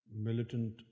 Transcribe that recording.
militant